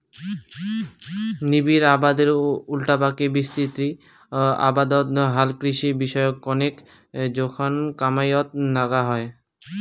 নিবিড় আবাদের উল্টাপাকে বিস্তৃত আবাদত হালকৃষি বিষয়ক কণেক জোখন কামাইয়ত নাগা হই